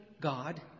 God